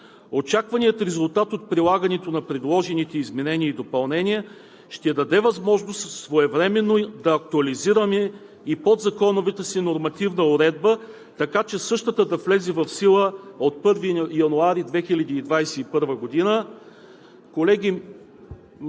Очакваният резултат от прилагането на предложените изменения и допълнения ще даде възможност своевременно да актуализираме и подзаконовата си нормативна уредба, така че същата да влезе в сила от 1 януари 2021 г.